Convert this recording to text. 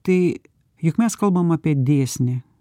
tai juk mes kalbam apie dėsnį